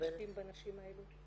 מתחשבים בנשים האלה.